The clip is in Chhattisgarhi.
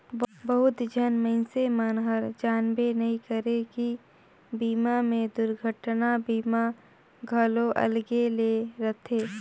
बहुत झन मइनसे मन हर जानबे नइ करे की बीमा मे दुरघटना बीमा घलो अलगे ले रथे